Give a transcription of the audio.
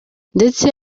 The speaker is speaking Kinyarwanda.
ndetse